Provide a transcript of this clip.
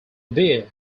bear